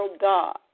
God